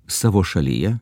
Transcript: savo šalyje